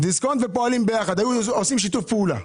דיסקונט ופועלים ביחד, היו עושים שיתוף פעולה.